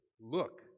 Look